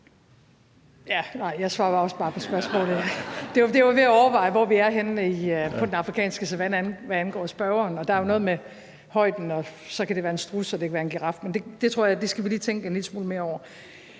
ja, nej, jeg svarer også bare på spørgsmålet. Det, jeg var ved at overveje, er, hvor vi er henne på den afrikanske savanne, hvad angår spørgeren, og der er jo noget med højden, og så kan det være en struds, eller det kan være en giraf, men det tror jeg vi skal tænke en lille smule mere over.